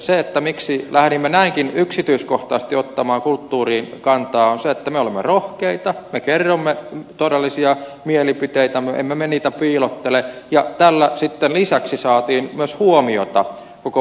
syy siihen miksi lähdimme näinkin yksityiskohtaisesti ottamaan kulttuuriin kantaa on se että me olemme rohkeita me kerromme todellisia mielipiteitämme emme me niitä piilottele ja tällä sitten lisäksi saimme myös huomiota koko vaaliohjelmalle